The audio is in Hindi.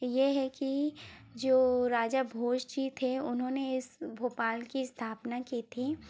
ये है कि जो राजा भोज जी थे उन्होंने इस भोपाल की स्थापना की थी